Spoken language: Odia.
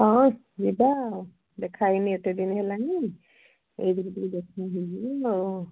ହଉ ଯିବା ଆଉ ଦେଖା ହେଇନି ଏତେ ଦିନ ହେଲାଣି ଏଇଥର ଟିକେ ଦେଖା ହେଇ ଯିବି ଆଉ